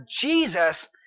Jesus